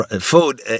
food